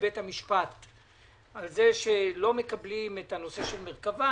לבית המשפט על כך שלא מקבלים את מרכב"ה.